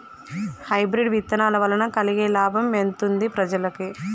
Hybrid విత్తనాల వలన కలిగే లాభం ఎంతుంది ప్రజలకి?